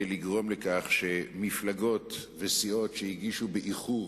לגרום לכך שמפלגות וסיעות שהגישו באיחור